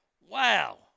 Wow